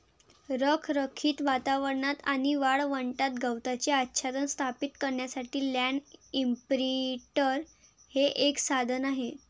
रखरखीत वातावरणात आणि वाळवंटात गवताचे आच्छादन स्थापित करण्यासाठी लँड इंप्रिंटर हे एक साधन आहे